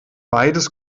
beides